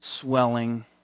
swelling